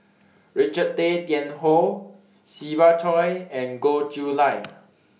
Richard Tay Tian Hoe Siva Choy and Goh Chiew Lye